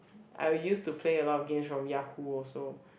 I'll used to play a lot of games from Yahoo also